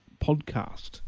podcast